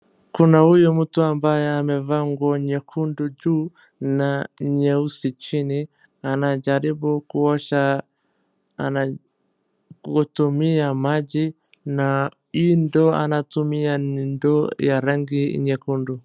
Kuna huyu mtu ambaye amevaa nguo nyekundu juu na nyeusi chini na anajaribu kuosha kutumia maji na hii ndoo anatumia ni ndoo ya rangi nyekundu.